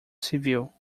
civil